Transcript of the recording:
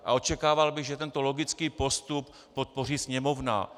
A očekával bych, že tento logický postup podpoří Sněmovna.